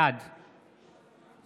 בעד